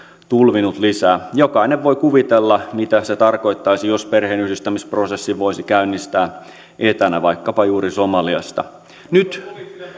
tulvinut lisää jokainen voi kuvitella mitä se tarkoittaisi jos perheenyhdistämisprosessin voisi käynnistää etänä vaikkapa juuri somaliasta nyt